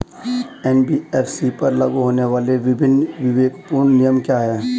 NBFC पर लागू होने वाले विभिन्न विवेकपूर्ण नियम क्या हैं?